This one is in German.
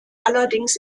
allerdings